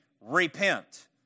repent